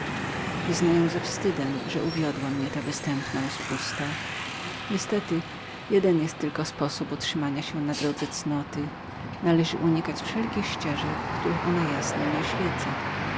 wyznaję ze wstydem że uwiodła mnie ta występna rozpusta niestety jeden jest tylko sposób utrzymania się na drodze cnoty należy unikać wszelkich ścieżek których ona zupełnie nie oświeca